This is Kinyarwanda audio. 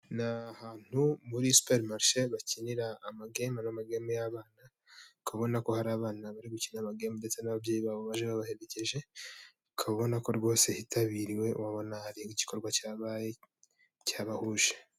Ni ahantu muri superi marishe bakinira amagemu, harimo amagemu y'abana, ukaba ubona ko hari abana bari gukina amagemu ndetse n'ababyeyi babo baje babaherekeje, ukaba ubona ko rwose yitabiriwe ubona hari igikorwa cyabaye cyabahuje.